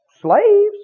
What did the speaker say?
slaves